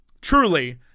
Truly